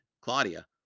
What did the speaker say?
Claudia